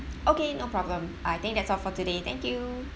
okay no problem I think that's all for today thank you